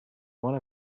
one